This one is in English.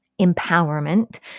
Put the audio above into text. empowerment